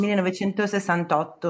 1968